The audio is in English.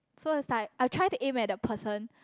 so it's like I try to aim at the person